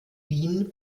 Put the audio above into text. wien